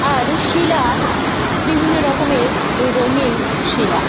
আর শিলা বিভিন্ন রকমের রঙিন শিলা